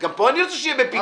גם פה אני רוצה שיהיה בפיקוח.